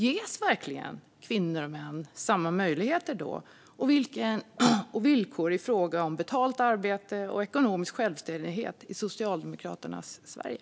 Ges kvinnor och män verkligen samma möjligheter och villkor i fråga om betalt arbete och ekonomisk självständighet i Socialdemokraternas Sverige?